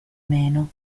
meno